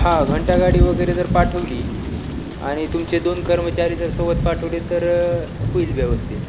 हा घंटागाडी वगैरे जर पाठवली आणि तुमचे दोन कर्मचारी जर सोबत पाठवले तर होईल व्यवस्थित